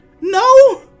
No